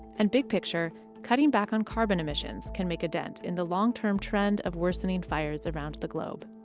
and big picture cutting back on carbon emissions can make a dent in the long term trend of worsening fires around the globe.